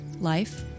Life